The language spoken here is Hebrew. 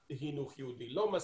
חינוך יהודי, לא מספיק,